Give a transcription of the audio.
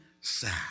sad